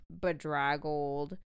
bedraggled